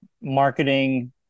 marketing